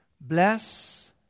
Bless